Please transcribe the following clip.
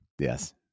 yes